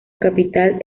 capital